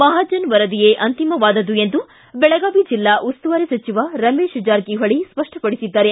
ಮಹಾಜನ್ ವರದಿಯೇ ಅಂತಿಮವಾದದ್ದು ಎಂದು ಬೆಳಗಾವಿ ಜಿಲ್ಲಾ ಉಸ್ತುವಾರಿ ಸಚಿವ ರಮೇಶ ಜಾರಕಿಹೊಳಿ ಸ್ಪಷ್ಟಪಡಿಸಿದ್ದಾರೆ